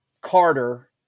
Carter